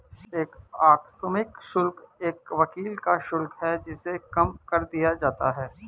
एक आकस्मिक शुल्क एक वकील का शुल्क है जिसे कम कर दिया जाता है